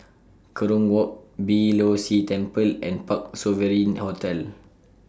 Kerong Walk Beeh Low See Temple and Parc Sovereign Hotel